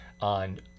on